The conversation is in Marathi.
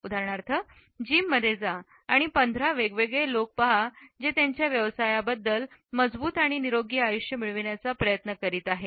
उदाहरणार्थ जिममध्ये जा आणि 15 वेगवेगळे लोक पहा जे सर्व त्यांच्या व्यवसायाबद्दल मजबूत आणि निरोगी आयुष्य मिळवण्याचा प्रयत्न करीत आहेत